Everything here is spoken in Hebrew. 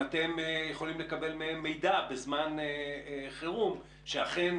האם אתם יכולים לקבל מהם מידע בזמן חירום שאכן